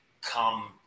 come